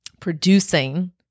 producing